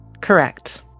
Correct